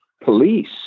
police